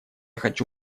хочу